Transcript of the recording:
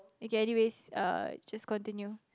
okay anyways uh just continue